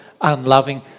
unloving